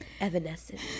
Evanescence